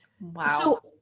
Wow